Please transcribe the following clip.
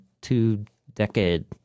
two-decade